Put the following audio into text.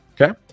okay